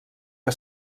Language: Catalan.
que